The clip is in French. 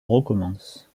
recommence